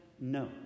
no